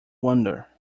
wonder